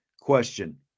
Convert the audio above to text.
question